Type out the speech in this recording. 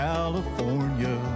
California